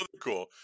cool